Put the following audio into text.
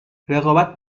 رقابت